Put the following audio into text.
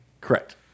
Correct